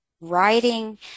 writing